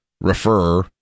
refer